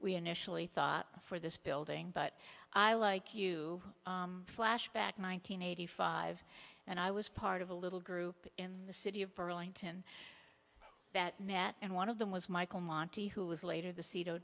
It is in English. we initially thought for this building but i like you flashback nine hundred eighty five and i was part of a little group in the city of burlington that met and one of them was michael monte who was later the